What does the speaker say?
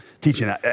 teaching